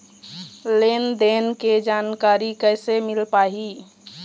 लेन देन के जानकारी कैसे मिल पाही?